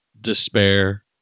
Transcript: despair